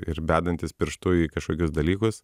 ir bedantis pirštu į kažkokius dalykus